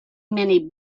many